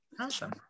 awesome